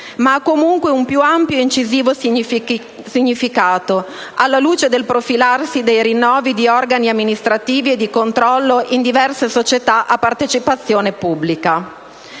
ma ha comunque un più ampio e incisivo significato, alla luce del profilarsi dei rinnovi di organi amministrativi e di controllo in diverse società a partecipazione pubblica.